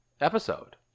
episode